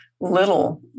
little